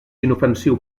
inofensiu